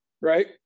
right